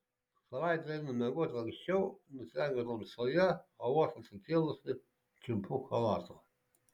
savaitę einu miegoti anksčiau nusirengiu tamsoje o vos atsikėlusi čiumpu chalatą